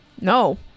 No